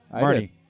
Marty